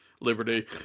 liberty